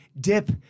Dip